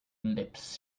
lips